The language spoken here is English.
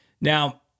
Now